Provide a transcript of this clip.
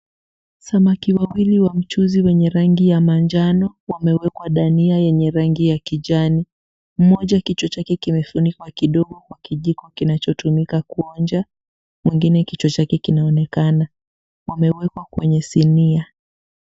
Samaki wawili wa mchuzi wenye rangi ya manjano wamewekwa dania yenye rangi ya kijani. Mmoja kichwa chake kimefunikwa kidogo kwa kijiko kinachotumika kuonja. Mwingine kichwa chake kinaonekana. Wamewekwa kwenye sinia.